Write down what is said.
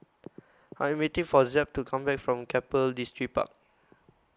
I Am waiting For Zeb to Come Back from Keppel Distripark